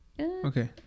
Okay